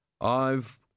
I've